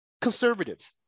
conservatives